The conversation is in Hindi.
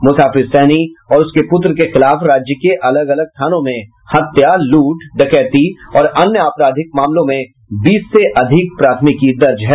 मुसाफिर सहनी और उसके पुत्र के खिलाफ राज्य के अलग अलग थानों में हत्या लूट डकैती और अन्य आपराधिक मामलों में बीस से अधिक प्राथमिकी दर्ज हैं